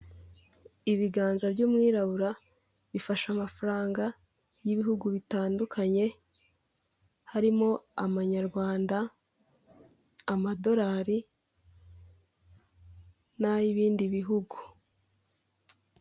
Ibiganza by'umwirabura bifasha amafaranga y'ibihugu bitandukanye harimo amanyarwanda amadolari na ay'ibindi bihugu.